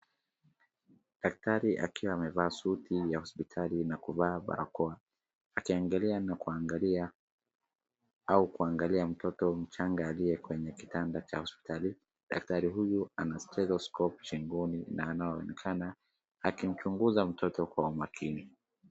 Daktari akiwa amevaa suti ya hospitali na kuvaa barakoa akiangalia mtoto mchanga aliye kwenye kitanda cha hospitalini. Daktari huyu ana tethoscope shingoni na anaonekana akimchunguzamtoto kwa makini.